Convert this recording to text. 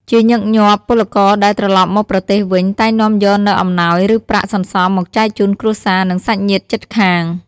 ជាញឹកញាប់ ពលករដែលត្រឡប់មកប្រទេសវិញតែងនាំយកនូវអំណោយ ឬប្រាក់សន្សំមកចែកជូនគ្រួសារ និងសាច់ញាតិជិតខាង។